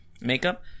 makeup